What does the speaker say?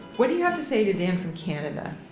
what do you have to say to dan from canada?